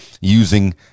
using